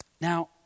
Now